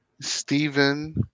Stephen